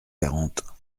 quarante